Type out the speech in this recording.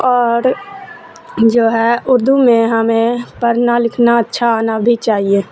اور جو ہے اردو میں ہمیں پڑھنا لکھنا اچھا آنا بھی چاہیے